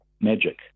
magic